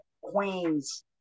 Queen's